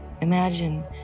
imagine